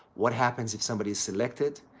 what happens if somebody is selected.